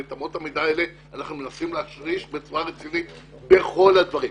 ואת אמות המידה אנחנו מנסים להשריש בצורה רצינית בכל הדברים.